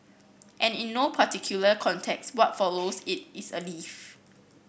and in no particular context what follows it is a leaf